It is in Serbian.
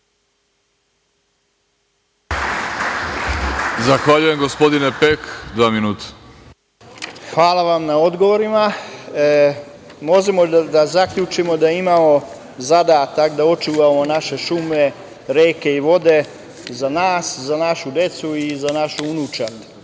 Hvala vam na odgovorima. Možemo da zaključimo da imamo zadatak da očuvamo naše šume, reke i vode za nas, za našu decu i za našu unučad. Srbija